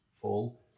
full